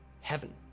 heaven